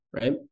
right